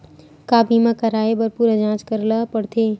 का बीमा कराए बर पूरा जांच करेला पड़थे?